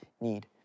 need